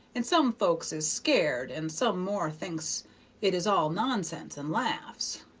and some folks is scared, and some more thinks it is all nonsense and laughs.